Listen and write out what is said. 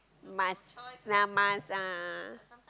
must lah must ah